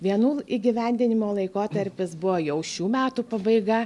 vienų įgyvendinimo laikotarpis buvo jau šių metų pabaiga